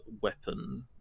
weapon